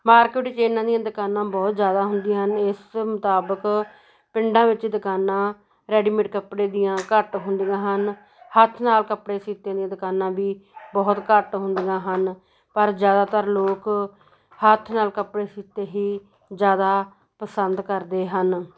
market 'ਚ ਇਹਨਾਂ ਦੀਆਂ ਦੁਕਾਨਾਂ ਬਹੁਤ ਜ਼ਿਆਦਾ ਹੁੰਦੀਆਂ ਨੇ ਇਸ ਮੁਤਾਬਕ ਪਿੰਡਾਂ ਵਿੱਚ ਦੁਕਾਨਾਂ ਰੈਡੀਮੇਡ ਕੱਪੜੇ ਦੀਆਂ ਘੱਟ ਹੁੰਦੀਆਂ ਹਨ ਹੱਥ ਨਾਲ ਕੱਪੜੇ ਸੀਤੇ ਦੀਆਂ ਦੁਕਾਨਾਂ ਵੀ ਬਹੁਤ ਘੱਟ ਹੁੰਦੀਆਂ ਹਨ ਪਰ ਜ਼ਿਆਦਾਤਰ ਲੋਕ ਹੱਥ ਨਾਲ ਕੱਪੜੇ ਸੀਤੇ ਹੀ ਜ਼ਿਆਦਾ ਪਸੰਦ ਕਰਦੇ ਹਨ